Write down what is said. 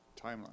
timeline